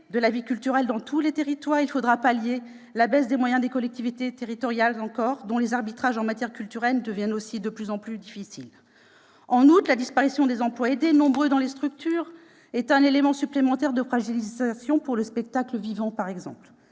de la vie artistique dans tous les territoires, il faudra pallier la baisse des moyens des collectivités territoriales, dont les arbitrages en matière culturelle deviennent de plus en plus difficiles. En outre, la disparition des emplois aidés, nombreux dans les structures culturelles, est un élément supplémentaire de fragilisation, par exemple pour le spectacle vivant. Il